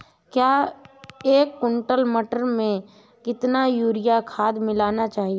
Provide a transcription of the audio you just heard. एक कुंटल मटर में कितना यूरिया खाद मिलाना चाहिए?